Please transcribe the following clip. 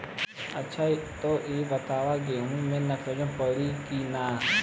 अच्छा त ई बताईं गेहूँ मे नाइट्रोजन पड़ी कि ना?